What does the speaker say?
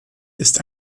ist